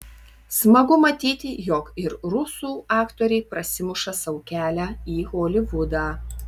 smagu matyti jog ir rusų aktoriai prasimuša sau kelią į holivudą